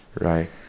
right